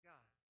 God